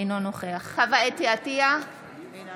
אינו נוכח חוה אתי עטייה, אינה